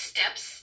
Steps